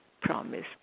promise